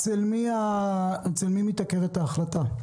אצל מי מתעכבת ההחלטה?